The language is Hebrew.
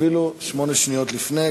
אפילו שמונה שניות לפני.